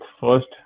first